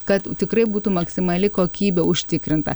kad tikrai būtų maksimali kokybė užtikrinta